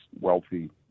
wealthy